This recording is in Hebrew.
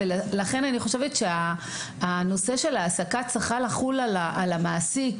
לכן אני חושבת שהנושא של העסקה צריך לחול על המעסיק,